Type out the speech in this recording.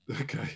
okay